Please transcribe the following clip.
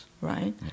right